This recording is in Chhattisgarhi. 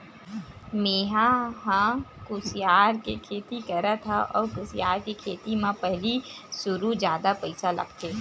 मेंहा ह कुसियार के खेती करत हँव अउ कुसियार के खेती म पहिली सुरु जादा पइसा लगथे